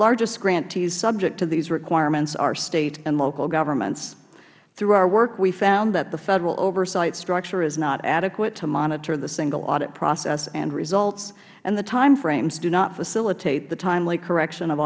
grantees subject to these requirements are state and local governments through our work we found that the federal oversight structure is not adequate to monitor the single audit process and results and that the timeframes do not facilitate timely correction of a